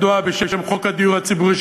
הידוע בשם "חוק הדיור הציבורי",